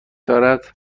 دارد